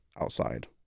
outside